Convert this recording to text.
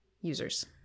users